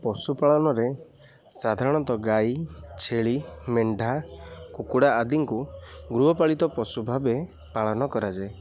ପଶୁପାଳନରେ ସାଧାରଣତଃ ଗାଈ ଛେଳି ମେଣ୍ଢା କୁକୁଡ଼ା ଆଦିଙ୍କୁ ଗୃହପାଳିତ ପଶୁ ଭାବେ ପାଳନ କରାଯାଏ